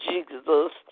Jesus